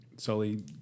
Sully